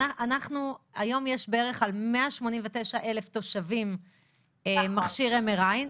היום יש בערך על 189,000 תושבים מכשיר MRI,